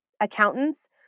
accountants